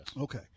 Okay